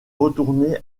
retourner